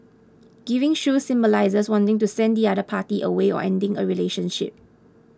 giving shoes symbolises wanting to send the other party away or ending a relationship